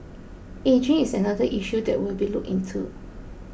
ageing is another issue that will be looked into